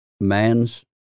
man's